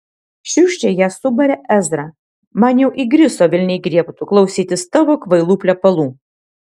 šiurkščiai ją subarė ezra man jau įgriso velniai griebtų klausytis tavo kvailų plepalų